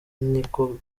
niko